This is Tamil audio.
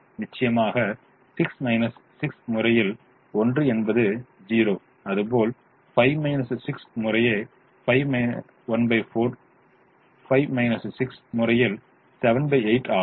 நிச்சயமாக 6 6 முறையில் 1 என்பது 0 அதுபோல் 5 6 முறை 14 5 6 முறையில் 7 8 ஆகும்